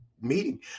meeting